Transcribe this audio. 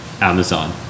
amazon